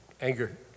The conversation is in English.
anger